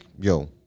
yo